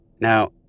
Now